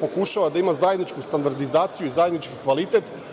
pokušava da ima zajedničku standardizaciju i zajednički kvalitet,